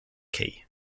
key